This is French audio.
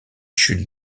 chutes